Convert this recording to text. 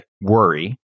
worry